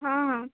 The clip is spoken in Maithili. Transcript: हॅं हॅं